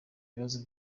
ibibazo